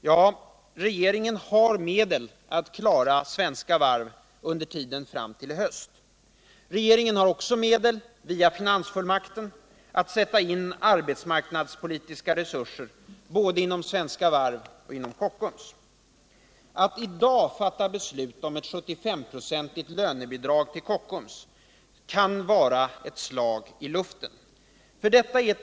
Ja, regeringen har medel att klara svenska varv under tiden fram till i höst. Regeringen har också medel att — via finansfullmakten — sätta in arbetsmarknadspolitiska resurser, både inom svenska varv och till Kockums. Alt i dag fatta beslut om ett 75-procentigt lönebidrag till Kockums kan vara ett slag i luften.